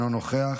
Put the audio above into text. אינו נוכח.